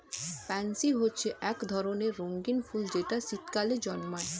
pansy হচ্ছে এক ধরনের রঙিন ফুল যেটা শীতকালে জন্মায়